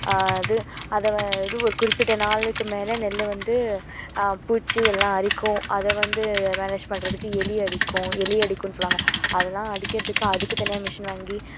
இது அதை வ இது ஒரு குறிப்பிட்ட நாளுக்கு மேலே நெல்லை வந்து பூச்சி எல்லாம் அரிக்கும் அதை வந்து இது மேனேஜ் பண்ணுறதுக்கு எலி அடிக்கும் எலி அடிக்கும்னு சொல்லுவாங்க அதெல்லாம் அடிக்கிறதுக்கு அதுக்கு தனியாக மிஷின் வாங்கி